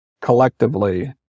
collectively